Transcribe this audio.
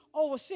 over